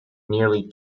nearly